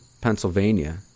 Pennsylvania